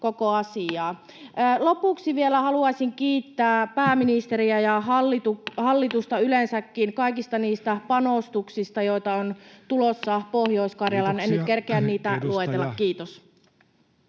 Lopuksi vielä haluaisin kiittää pääministeriä ja hallitusta yleensäkin kaikista niistä panostuksista, joita on tulossa Pohjois-Karjalaan. En nyt kerkeä niitä luetella. — Kiitos.